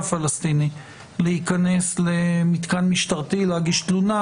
פלסטיני להיכנס למתקן משטרתי להגיש תלונה,